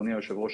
אדוני היושב-ראש,